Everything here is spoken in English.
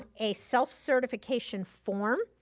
a self-certification form.